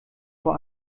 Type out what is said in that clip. vor